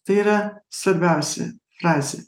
tai yra svarbiausia frazė